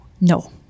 No